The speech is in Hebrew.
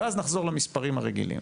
ואז נחזור למספרים הרגילים.